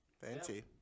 Fancy